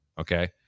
Okay